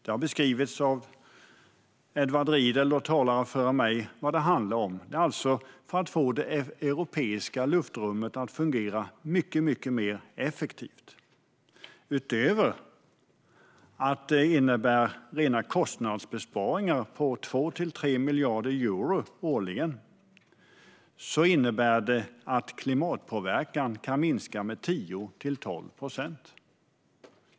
Edward Riedl och andra talare före mig har beskrivit vad det gäller. Det handlar alltså om att få det europeiska luftrummet att fungera mycket mer effektivt. Utöver att det innebär rena kostnadsbesparingar på 2-3 miljarder euro årligen innebär det att klimatpåverkan kan minska med 10-12 procent.